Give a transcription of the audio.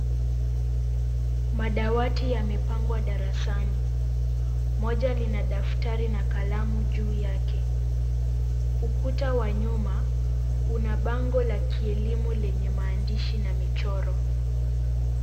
Madawati yamepangwa darasani. Moja lina daftari na kalamu juu yake. Ukuta wa nyuma una bango la kielimu lenye maandishi na michoro.